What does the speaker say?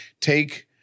take